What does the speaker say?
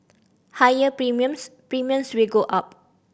higher premiums Premiums will go up